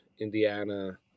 Indiana